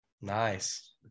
Nice